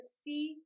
see